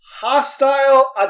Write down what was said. Hostile